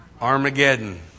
Armageddon